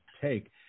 take